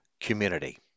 community